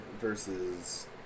versus